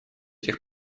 этих